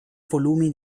volumi